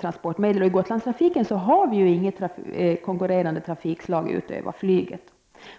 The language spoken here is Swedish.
transportmedel. I Gotlandstrafiken har vi inget konkurrerande trafikslag utöver flyget.